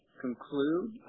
conclude